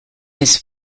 this